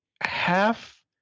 half